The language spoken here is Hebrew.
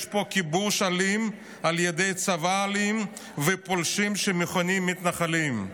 "יש פה כיבוש אלים על ידי צבא אלים ופולשים שמכונים מתנחלים".